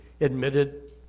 admitted